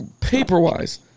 Paper-wise